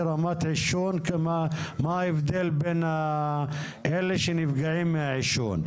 רמת העישון כלומר מה ההבדל בין אלה שנפגעים מהעישון,